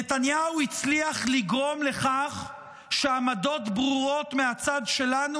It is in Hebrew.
נתניהו הצליח לגרום לכך שעמדות ברורות מהצד שלנו,